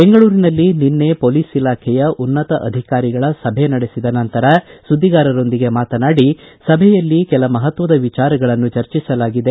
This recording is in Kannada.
ಬೆಂಗಳೂರಿನಲ್ಲಿ ನಿನ್ನೆ ಪೊಲೀಸ್ ಇಲಾಖೆಯ ಉನ್ನತ ಅಧಿಕಾರಿಗಳ ಸಭೆ ನಡೆಸಿದ ನಂತರ ಸುದ್ದಿಗಾರರೊಂದಿಗೆ ಮಾತನಾಡಿ ಸಭೆಯಲ್ಲಿ ಕೆಲ ಮಹತ್ವದ ವಿಚಾರಗಳನ್ನು ಚರ್ಚಿಸಲಾಗಿದೆ